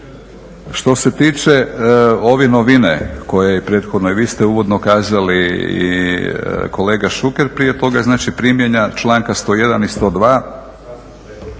Što se tiče ove novine koju prethodno i vi ste uvodno kazali i kolega Šuker prije toga, znači primjena članka 101. i 102.